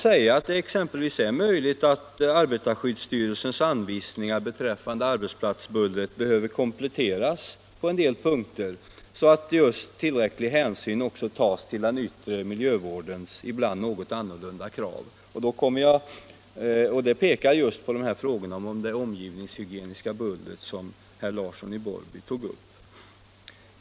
Det är exempelvis möjligt att arbetarskyddsstyrelsens anvisningar beträffande arbetsplatsbullret behöver kompletteras på en del punkter, så att tillräcklig hänsyn också tas till den yttre miljövårdens ibland något annorlunda krav. Där kommer man just på de frågor om det omgivningshygieniska bullret som herr Larsson i Borrby tog upp.